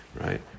right